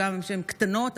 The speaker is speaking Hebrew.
הגם שהן קטנות,